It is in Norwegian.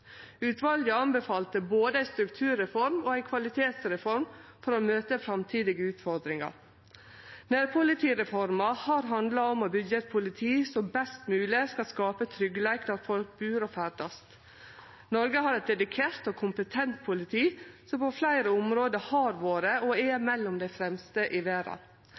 Utvalet anbefalte både ei strukturreform og ei kvalitetsreform for å møte framtidige utfordringar. Nærpolitireforma har handla om å byggje eit politi som best mogleg skal skape tryggleik der folk bur og ferdast. Noreg har eit dedikert og kompetent politi, som på fleire område har vore og er mellom dei fremste i verda.